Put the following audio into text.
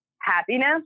happiness